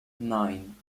nine